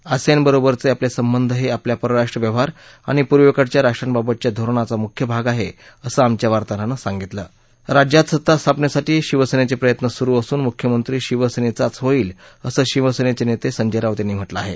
ASEAN बरोबरचे आपले सद्धीहे आपल्या परराष्ट्र व्यवहार आणि प्रवेकडच्या राष्ट्रांबाबतच्या धोरणाचा मुख्य भाग आहे असे श्रीमच्या वार्ताहरानं सार्गितल राज्यात सत्ता स्थापनेसाठी शिवसेनेचे प्रयत्न सुरु असून मुख्यमंत्री शिवसेनेचाच होईल असं शिवसेनेचे नेते संजय राऊत यांनी म्हटलं आहे